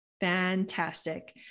Fantastic